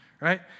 right